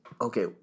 Okay